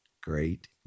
Great